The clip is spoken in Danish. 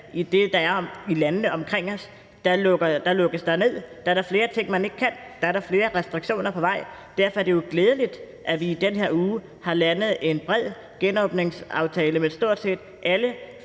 på det, der sker i landene omkring os. Dér lukkes der ned. Dér er der flere ting, man ikke kan. Dér er der flere restriktioner på vej. Derfor er det jo glædeligt, at vi i den her uge har landet en bred genåbningsaftale med stort set alle